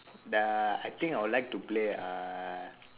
there are I think I would like to play uh